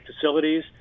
facilities